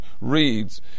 reads